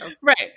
Right